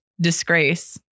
disgrace